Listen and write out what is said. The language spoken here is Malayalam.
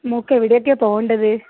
മോൾക്ക് എവിടെയൊക്കെയാണ് പോകേണ്ടത്